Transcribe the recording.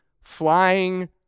flying